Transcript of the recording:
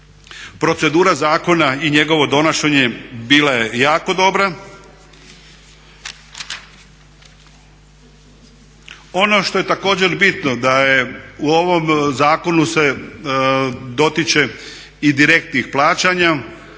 Procedura zakona i njegovo donošenje bila je jako dobra. Ono što je također bitno da je u ovom zakonu se dotiče i direktnim plaćanja